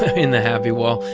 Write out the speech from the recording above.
in the happy wall,